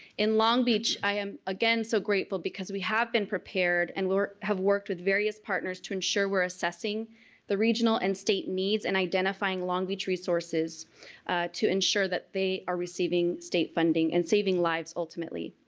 in long beach i am again so grateful because we have been prepared and have worked with various partners to ensure we're assessing the regional and state needs and identifying long beach resources to ensure that they are receiving state funding and saving lives. ultimately,